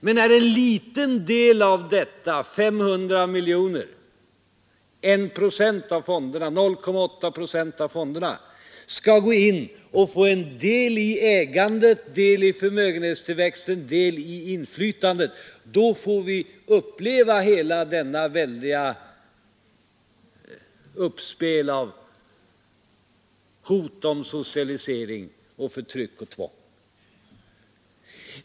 Men när en liten del av detta, 500 miljoner eller 0,8 procent av fonderna skall gå in och få del i ägande, förmögenhetstillväxt och inflytande, då upplevs det hela som väldiga uppspel och hot om socialisering, förtryck och tvång!